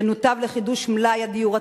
תנותב לחידוש מלאי הדיור הציבורי.